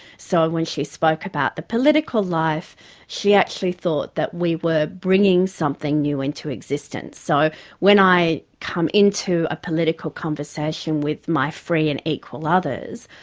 so ah when she spoke about the political life she actually thought that we were bringing something new into existence. so when i come into a political conversation with my free and equal others,